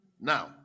Now